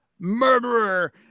murderer